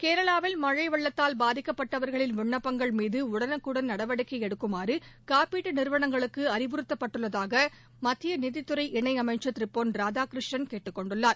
கேரளாவில் மழை வெள்ளத்தால் பாதிக்கப்பட்டவர்களின் விள்ணப்பங்கள் மீது உடனுக்குடன் நடவடிக்கை எடுக்குமாறு காப்பிட்டு நிறுவனங்களுக்கு அறிவறுத்தப்பட்டுள்ளதாக மத்திய நிதித்துறை இணையமைச்சர் திரு பொன்ராதா கிருஷ்ணன் கேட்டுக்கொண்டுள்ளார்